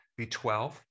B12